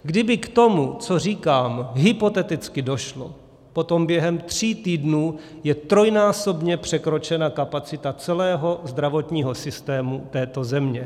Kdyby k tomu, co říkám, hypoteticky došlo, potom během tří týdnů je trojnásobně překročena kapacita celého zdravotního systému této země.